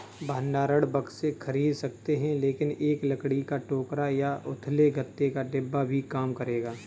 भंडारण बक्से खरीद सकते हैं लेकिन एक लकड़ी का टोकरा या उथले गत्ते का डिब्बा भी काम करेगा